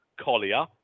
Collier